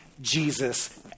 Jesus